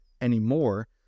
anymore